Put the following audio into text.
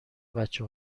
بچه